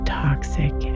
toxic